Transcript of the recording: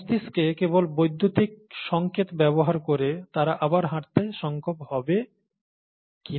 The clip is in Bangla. মস্তিষ্কে কেবল বৈদ্যুতিক সংকেত ব্যবহার করে তারা আবার হাঁটতে সক্ষম হবে কিনা